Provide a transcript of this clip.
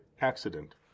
accident